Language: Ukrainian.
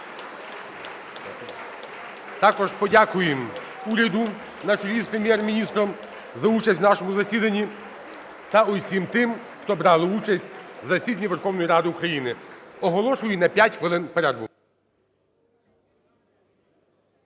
Також подякуємо уряду на чолі з Прем'єр-міністром за участь в нашому засіданні та усім тим, хто брали участь в засіданні Верховної Ради України. Оголошую на 5 хвилин перерву.